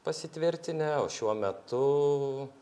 pasitvirtinę o šiuo metu